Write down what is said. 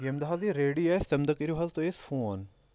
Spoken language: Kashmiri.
ییٚمہِ دۄہ حظ یہِ ریڈی آسہِ تَمہِ دۄہ کٔرِو حظ تُہۍ اَسہِ فون